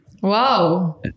Wow